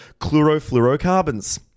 chlorofluorocarbons